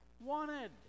wanted